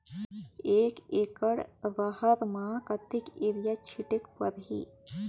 एक एकड रहर म कतेक युरिया छीटेक परही?